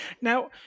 Now